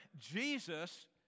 Jesus